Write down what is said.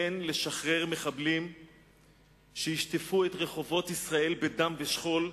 אין לשחרר מחבלים שישטפו את רחובות ישראל בדם ושכול.